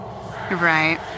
Right